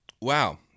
wow